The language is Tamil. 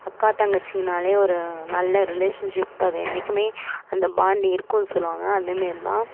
அக்கா தங்கச்சிங்கனாலே ஒரு நல்ல ரிலேஷன்ஷிப் அது என்னைக்குமே அந்த பாண்டிங் இருக்குன்னு சொல்லுவாங்க அதே மேரி தான்